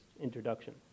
introduction